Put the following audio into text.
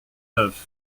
neuf